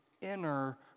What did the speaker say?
inner